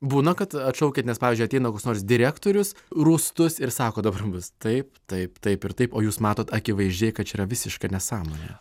būna kad atšaukiat nes pavyzdžiui ateina koks nors direktorius rūstus ir sako dabar bus taip taip taip ir taip o jūs matot akivaizdžiai kad čia yra visiška nesąmonė